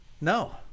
No